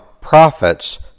profits